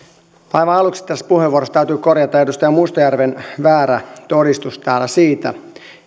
aivan aluksi tässä puheenvuorossa täytyy korjata edustaja mustajärven väärä todistus täällä siitä